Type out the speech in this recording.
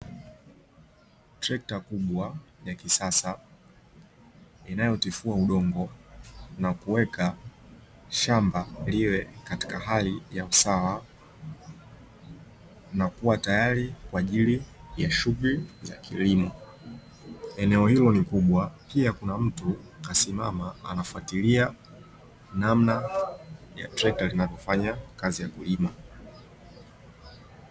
Trekta kubwa ya kisasa inayotifua udongo na kuweka shamba liwe katika hali ya usawa na kuwa tayari kwa ajili ya shughuli za kilimo. Eneo hilo ni kubwa pia kuna mtu kasimama anafuatilia namna ya trekta linavyofanya kazi ya kulima